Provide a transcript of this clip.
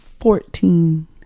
fourteen